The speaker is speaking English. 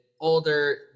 older